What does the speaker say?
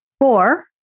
Four